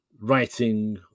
writing